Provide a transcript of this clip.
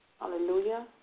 Hallelujah